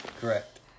correct